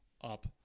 up